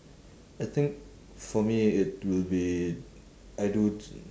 I think for me it will be I do